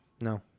No